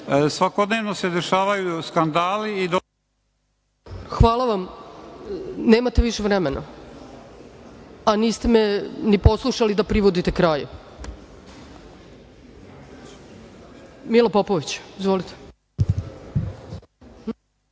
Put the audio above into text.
svakodnevno se dešavaju skandali. **Ana Brnabić** Hvala vam, nemate više vremena, a niste me ni poslušali da privodite kraju. Mila Popović, izvolite.